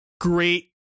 great